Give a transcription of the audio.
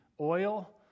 oil